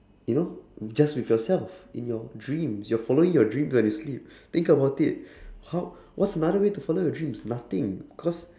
you know just with yourself in your dreams you're following your dreams when you sleep think about it ho~ what's another way to follow your dreams nothing cause